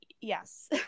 yes